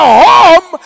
home